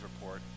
report